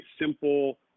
simple